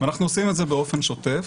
ואנחנו עושים את זה באופן שוטף.